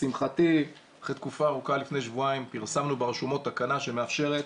לשמחתי אחרי תקופה ארוכה לפני שבועיים פרסמנו ברשומות תקנה שמאפשרת